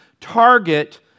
target